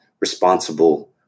responsible